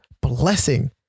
blessing